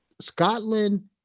scotland